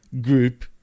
group